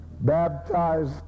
baptized